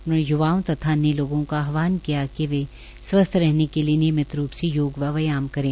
उन्होंने य्वाओं तथा अन्य लोगों का आहवान किया कि वे स्वस्थ रहने के लिए नियमित रूप से योग व व्यायाम करें